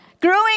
Growing